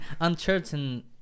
uncertain